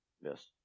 yes